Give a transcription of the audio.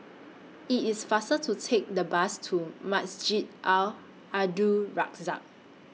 IT IS faster to Take The Bus to Masjid Al Abdul Razak